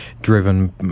driven